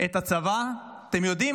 את הצבא, אתם יודעים?